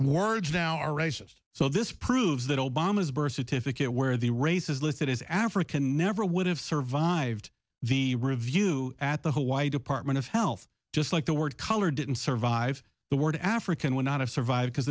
words now are racist so this proves that obama's birth certificate where the race is listed as african never would have survived the review at the hawaii department of health just like the word colored didn't survive the word african would not have survived because